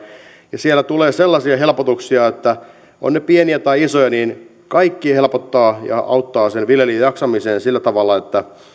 ja siellä tulee sellaisia helpotuksia että ovat ne pieniä tai isoja niin kaikki helpottaa ja auttaa sen viljelijän jaksamista sillä tavalla